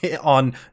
on